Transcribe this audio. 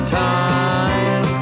time